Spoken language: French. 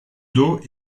dos